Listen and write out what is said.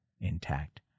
intact